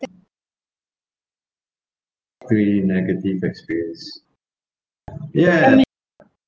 three negative experience ya